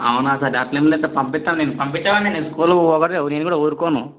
అవునా సార్ అట్లేం లేదు సార్ పంపిస్తాను నేను పంపించేవాడినే నేను స్కూల్కి పోకపోతే నేను కూడా ఊరుకోను